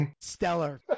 stellar